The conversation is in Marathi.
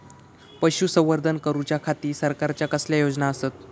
पशुसंवर्धन करूच्या खाती सरकारच्या कसल्या योजना आसत?